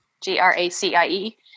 G-R-A-C-I-E